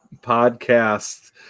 podcast